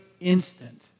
instant